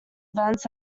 events